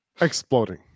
exploding